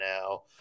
now